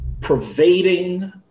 pervading